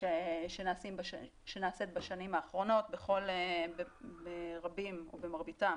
שנעשית בשנים האחרונות במרביתם